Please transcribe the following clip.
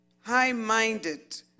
high-minded